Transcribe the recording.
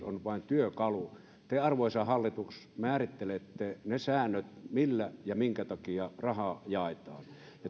on vain työkalu te arvoisa hallitus määrittelette ne säännöt millä ja minkä takia rahaa jaetaan